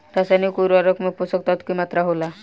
रसायनिक उर्वरक में पोषक तत्व की मात्रा होला?